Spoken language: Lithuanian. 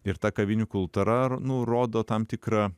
ir ta kavinių kultūra r nu rodo tam tikrą